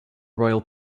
royal